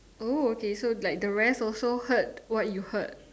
oh okay so like the rest also heard what you heard